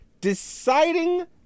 deciding